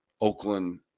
Oakland